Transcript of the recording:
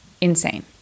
insane